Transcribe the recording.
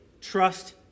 trust